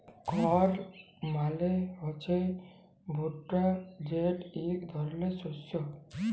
কর্ল মালে হছে ভুট্টা যেট ইক ধরলের শস্য